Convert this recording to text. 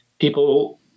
People